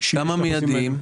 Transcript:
כמה מידיים?